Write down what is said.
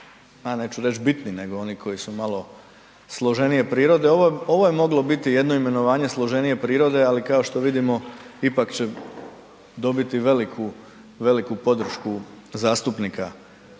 neću reći bitni nego oni koji su malo složenije prirode. Ovo je moglo biti jedno imenovanje složenije prirode ali kao što vidimo ipak će dobiti veliku, veliku podršku zastupnika